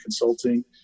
consulting